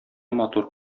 матур